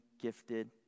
gifted